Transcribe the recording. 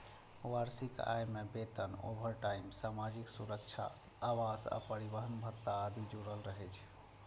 वार्षिक आय मे वेतन, ओवरटाइम, सामाजिक सुरक्षा, आवास आ परिवहन भत्ता आदि जुड़ल रहै छै